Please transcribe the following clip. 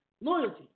loyalty